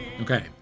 Okay